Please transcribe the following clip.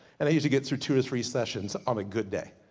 and i usually get through, two or three sessions on a good day.